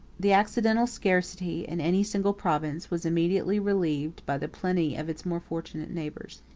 the accidental scarcity, in any single province, was immediately relieved by the plenty of its more fortunate neighbors.